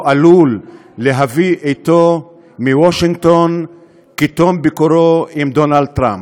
עלול להביא אתו מוושינגטון כתום ביקורו אצל דונלד טראמפ?